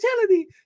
utility